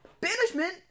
Banishment